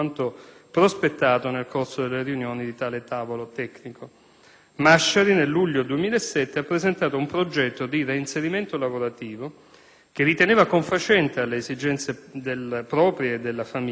prospettato nel corso delle riunioni del tavolo tecnico. Masciari nel luglio del 2007 ha presentato un progetto di reinserimento lavorativo che riteneva confacente alle esigenze proprie e della famiglia,